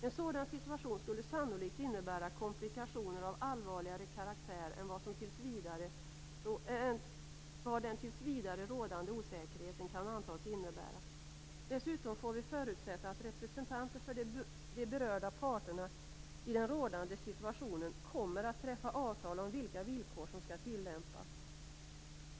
En sådan situation skulle sannolikt innebära komplikationer av allvarligare karaktär än vad den tills vidare rådande osäkerheten kan antas innebära. Dessutom får vi förutsätta att representanter för de berörda parterna i den rådande situationen kommer att träffa avtal om vilka villkor som skall gälla.